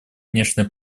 внешней